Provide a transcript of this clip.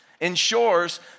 ensures